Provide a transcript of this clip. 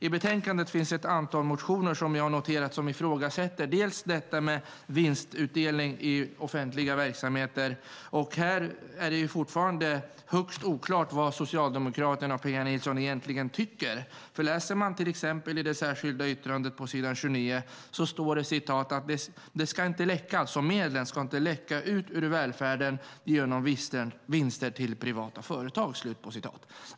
I betänkandet finns ett antal motioner som ifrågasätter vinstutdelning i offentlig verksamhet. Här är det fortfarande högst oklart vad Socialdemokraterna och Pia Nilsson egentligen tycker. I det särskilda yttrandet på s. 29 står det att medlen inte ska läcka ut ur välfärden genom vinster till privata företag.